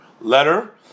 letter